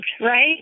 right